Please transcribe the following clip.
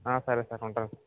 ఆ సరే సార్ ఉంటాను సార్